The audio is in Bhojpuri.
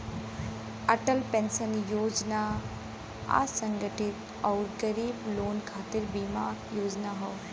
अटल पेंशन योजना असंगठित आउर गरीब लोगन खातिर बीमा योजना हौ